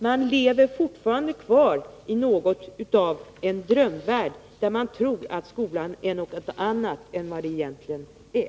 Man lever fortfarande kvar i något av en drömvärld; man tror att skolan är något annat än den egentligen är.